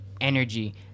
energy